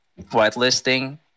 whitelisting